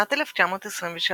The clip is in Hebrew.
בשנת 1923,